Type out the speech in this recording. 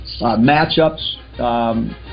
matchups